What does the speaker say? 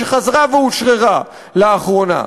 שחזרה ואושררה לאחרונה,